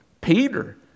Peter